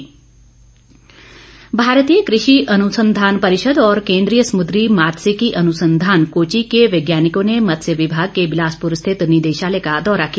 दौरा भारतीय कृषि अनुसंधान परिषद और केंद्रीय समुद्री मात्स्यकी अनुसंधान कोची के वैज्ञानिकों ने मत्स्य विभाग के बिलासपुर स्थित निदेशालय का दौरा किया